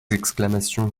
exclamations